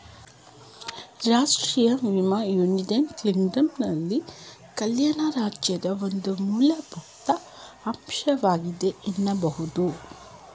ರಾಷ್ಟ್ರೀಯ ವಿಮೆ ಯುನೈಟೆಡ್ ಕಿಂಗ್ಡಮ್ನಲ್ಲಿ ಕಲ್ಯಾಣ ರಾಜ್ಯದ ಒಂದು ಮೂಲಭೂತ ಅಂಶವಾಗಿದೆ ಎನ್ನಬಹುದು